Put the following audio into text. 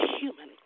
human